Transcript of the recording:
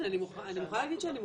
אני מוכרחה להגיד שאני מופתעת,